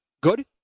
Good